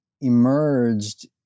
emerged